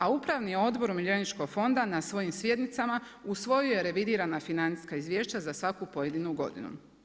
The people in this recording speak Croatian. A upravni odbor umirovljeničkog fonda na svojim sjednicama usvojio je revidirana financijska izvješća za svaku pojedinu godinu.